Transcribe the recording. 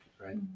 right